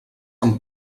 amb